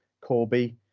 Corby